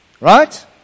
right